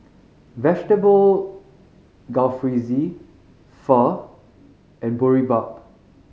Vegetable Jalfrezi Pho and Boribap